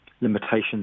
limitations